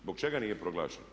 Zbog čega nije proglašen?